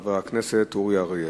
חבר הכנסת אורי אריאל.